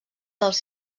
dels